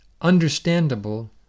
understandable